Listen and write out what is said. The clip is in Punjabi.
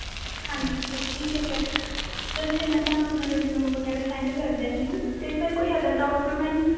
ਹਾਂਜੀ ਸਰ ਠੀਕ ਹੈ ਸਰ ਸਰ ਫਿਰ ਮੈਂ ਤੁਹਾਨੂੰ ਆਪਣਾ ਰਜੀਊਮ ਵਗੈਰਾ ਸੈਂਡ ਕਰ ਦਿੰਦੀ ਹਾਂ ਅਤੇ ਸਰ ਕੋਈ ਅਦਰ ਡਾਕੂਮੈਂਟ